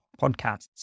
podcasts